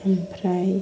ओमफ्राय